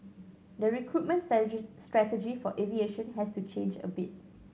the recruitment strategy for aviation has to change a bit